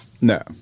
No